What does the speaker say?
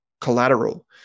collateral